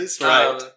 right